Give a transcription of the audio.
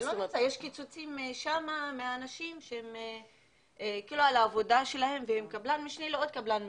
יש קיצוצים על העבודה שלהם ובין קבלן משנה לעוד קבלן משנה.